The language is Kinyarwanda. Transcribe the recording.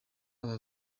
aba